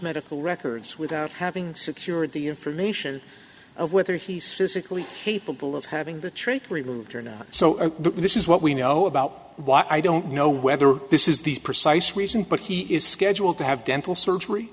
medical records without having secured the information of whether he's physically capable of having the trick removed or not so this is what we know about why i don't know whether this is the precise reason but he is scheduled to have dental surgery